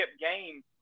game